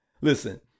Listen